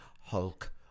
Hulk